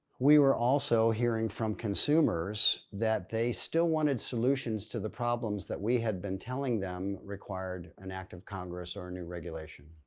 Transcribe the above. we were also hearing from consumers that they still wanted solutions to the problems that we had been telling them, required an act of congress or a new regulation